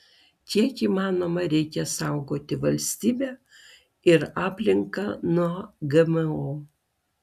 kiek įmanoma reikia saugoti valstybę ir aplinką nuo gmo